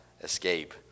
escape